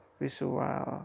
visual